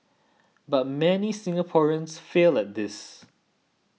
but many Singaporeans fail at this